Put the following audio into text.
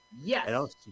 Yes